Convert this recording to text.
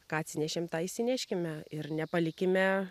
ką atsinešėm tą išsineškime ir nepalikime